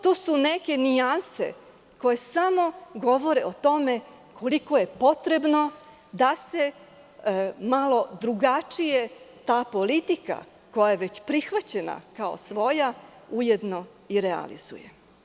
To su neke nijanse koje samo govore o tome koliko je potrebno da se malo drugačije ta politika koja je već prihvaćena kao svoja ujedno i realizuje.